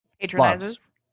patronizes